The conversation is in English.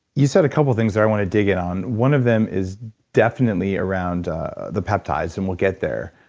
you said a couple things that i want to dig in on. one of them is definitely around the peptides, and we'll get there.